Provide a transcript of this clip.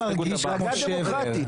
מפלגה דמוקרטית.